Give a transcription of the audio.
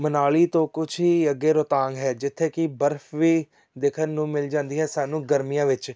ਮਨਾਲੀ ਤੋਂ ਕੁਛ ਹੀ ਅੱਗੇ ਰੋਹਤਾਂਗ ਹੈ ਜਿੱਥੇ ਕਿ ਬਰਫ ਵੀ ਦੇਖਣ ਨੂੰ ਮਿਲ ਜਾਂਦੀ ਹੈ ਸਾਨੂੰ ਗਰਮੀਆਂ ਵਿੱਚ